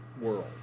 world